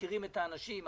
מכירים את האנשים,